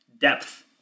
depth